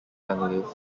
analyst